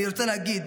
אני רוצה להגיד